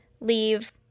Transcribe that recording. leave